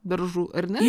beržų ar ne